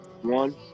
One